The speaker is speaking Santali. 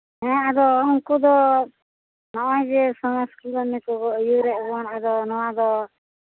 ᱦᱮᱸ ᱟᱫᱚ ᱩᱱᱠᱩ ᱫᱚ ᱱᱚᱜᱼᱚᱭ ᱡᱮ ᱞᱮᱠᱟᱠᱚ ᱟᱹᱭᱩᱨᱮᱫ ᱵᱚᱱ ᱟᱫᱚ ᱱᱚᱣᱟ ᱫᱚ